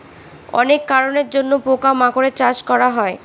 অনেক কারনের জন্য পোকা মাকড়ের চাষ করা হয়